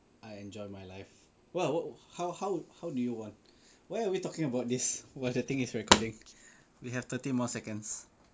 I enjoy my life well how how how do you want why are we talking about this while the thing is recording we have thirty more seconds